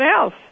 else